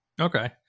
okay